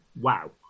Wow